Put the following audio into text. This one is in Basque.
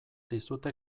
dizute